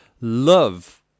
love